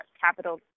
capital